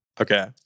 Okay